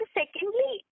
secondly